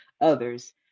others